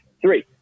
three